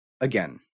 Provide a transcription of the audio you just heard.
again